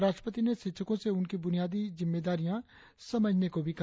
राष्ट्रपति ने शिक्षकों से उनकी बुनियादी जिम्मेदारियां समझने को भी कहा